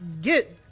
get